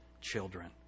children